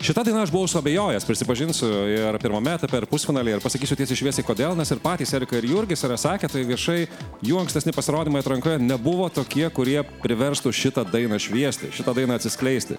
šita daina aš buvau suabejojęs prisipažinsiu ir pirmame etape ir pusfinalyje ir pasakysiu tiesiai šviesiai kodėl nes ir patys erika ir jurgis yra sakę tai viešai jų ankstesni pasirodymai atrankoje nebuvo tokie kurie priverstų šitą dainą šviesti šitą dainą atsiskleisti